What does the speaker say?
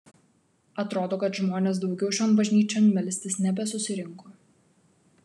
atrodo kad žmonės daugiau šion bažnyčion melstis nebesusirinko